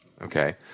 Okay